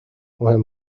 مهم